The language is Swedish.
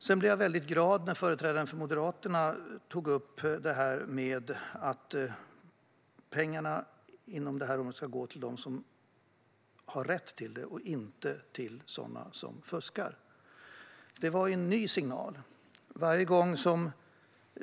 Sedan blev jag väldigt glad när företrädaren för Moderaterna tog upp att pengarna inom området ska gå till dem som har rätt till det och inte till sådana som fuskar. Det var en ny signal.